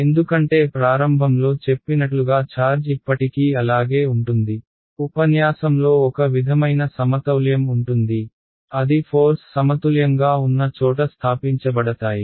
ఎందుకంటే ప్రారంభంలో చెప్పినట్లుగా ఛార్జ్ ఇప్పటికీ అలాగే ఉంటుంది ఉపన్యాసంలో ఒక విధమైన సమతౌల్యం ఉంటుంది అది ఫోర్స్ సమతుల్యంగా ఉన్న చోట స్థాపించబడతాయి